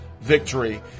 victory